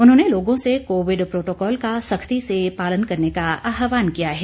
उन्होंने लोगों से कोविड प्रोटोकॉल का सख्ती से पालन करने का आहवान किया है